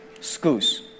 schools